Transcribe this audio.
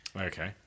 Okay